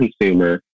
consumer